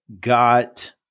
got